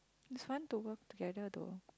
this one to work together though